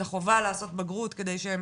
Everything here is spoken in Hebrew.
את החובה לעשות בגרות, כדי שהם